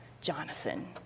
Jonathan